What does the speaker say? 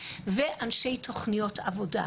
ואנשי תוכניות עבודה,